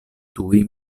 tuj